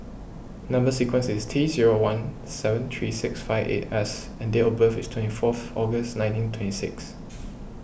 Number Sequence is T zero one seven three six five eight S and date of birth is twenty forth August nineteen twenty six